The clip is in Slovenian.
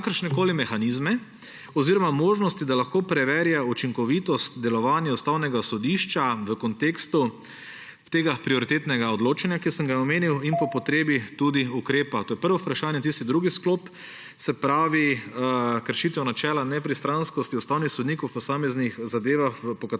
kakršnekoli mehanizme oziroma možnosti, da lahko preverja učinkovitost delovanja Ustavnega sodišča v kontekstu tega prioritetnega odločanja, ki sem ga omenil, in po potrebi tudi ukrepa? To je prvo vprašanje. Tisti drugi sklop, se pravi kršitev načela nepristranskosti ustavnih sodnikov v posameznih zadevah,